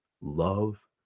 love